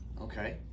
okay